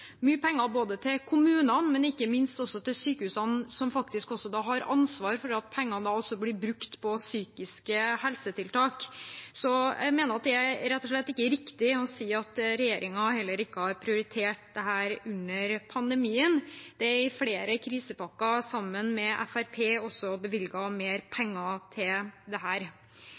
til sykehusene, som faktisk har ansvaret for at pengene blir brukt på psykiske helsetiltak. Så jeg mener det rett og slett ikke er riktig å si at regjeringen heller ikke har prioritert dette under pandemien. Det er i flere krisepakker, sammen med Fremskrittspartiet, bevilget mer penger til dette. Det